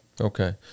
okay